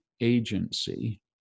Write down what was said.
agency